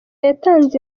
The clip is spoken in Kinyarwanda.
yatanze